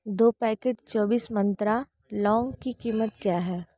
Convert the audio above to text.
दो पैकेट चौब्बीस मंत्रा लौंग की कीमत क्या है